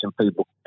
people